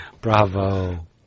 Bravo